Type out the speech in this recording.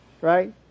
Right